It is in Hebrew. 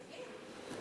תגיד.